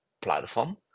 platform